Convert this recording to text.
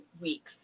weeks